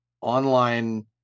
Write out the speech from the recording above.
online